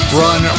run